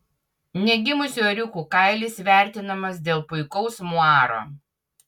negimusių ėriukų kailis vertinamas dėl puikaus muaro